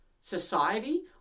society